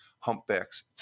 Humpbacks